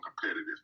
competitive